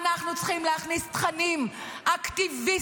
אנחנו צריכים להכניס לתוך הכיתות תכנים אקטיביסטיים,